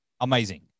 Amazing